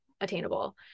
attainable